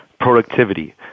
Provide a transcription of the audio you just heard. productivity